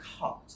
cut